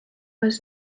was